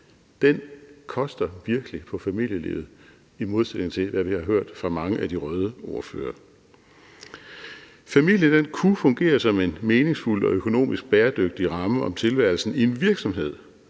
Den koster virkelig på familielivet, i modsætning til hvad vi har hørt fra mange af de røde ordførere. Familien kunne fungere som en meningsfuld og økonomisk bæredygtig ramme om tilværelsen i en virksomhed,